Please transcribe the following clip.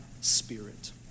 spirit